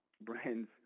brands